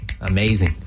Amazing